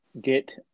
get